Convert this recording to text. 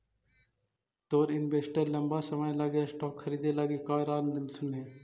तोर इन्वेस्टर लंबा समय लागी स्टॉक्स खरीदे लागी का राय देलथुन हे?